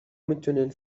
میتونین